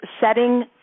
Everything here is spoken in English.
setting